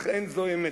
אך אין זו אמת.